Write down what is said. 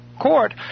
court